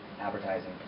advertising